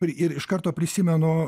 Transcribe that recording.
ir ir iš karto prisimenu